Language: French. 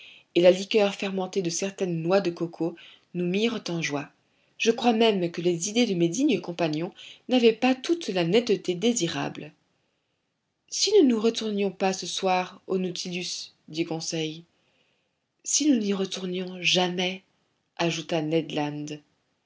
et la liqueur fermentée de certaines noix de cocos nous mirent en joie je crois même que les idées de mes dignes compagnons n'avaient pas toute la netteté désirable si nous ne retournions pas ce soir au nautilus dit conseil si nous n'y retournions jamais ajouta ned